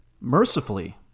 Mercifully